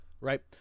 right